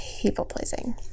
People-pleasing